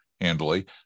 handily